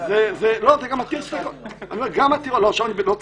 עכשיו אני לא ציני,